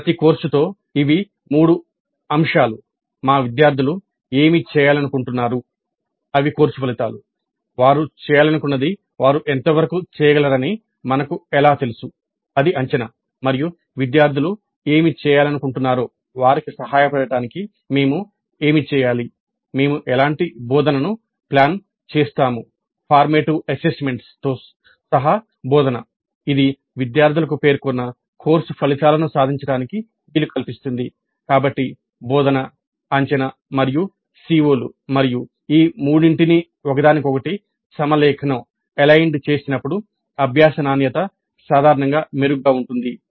ప్రతి కోర్సుతో ఇవి మూడు అంశాలు మా విద్యార్థులు ఏమి చేయాలనుకుంటున్నారు అవి కోర్సు ఫలితాలు వారు చేయాలనుకున్నది వారు ఎంతవరకు చేయగలరని మనకు ఎలా తెలుసు అది అంచనా మరియు విద్యార్ధులు ఏమి చేయాలనుకుంటున్నారో వారికి సహాయపడటానికి మేము ఏమి చేయాలి మేము ఎలాంటి బోధనను ప్లాన్ చేస్తాము ఫార్మేటివ్ అసెస్మెంట్స్ చేసినప్పుడు అభ్యాస నాణ్యత సాధారణంగా మెరుగ్గా ఉంటుంది